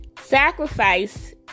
Sacrifice